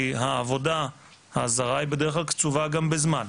כי העבודה הזרה היא בדרך כלל גם קצובה בזמן.